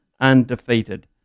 undefeated